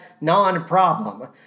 non-problem